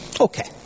Okay